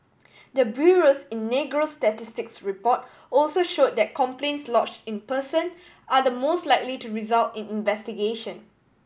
the bureau's inaugural statistics report also showed that complaints lodge in person are the most likely to result in investigation